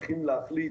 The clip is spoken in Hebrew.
צריכים להחליט